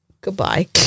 Goodbye